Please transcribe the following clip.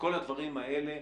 כל הדברים האלה,